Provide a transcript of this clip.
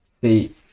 See